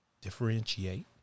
Differentiate